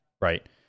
Right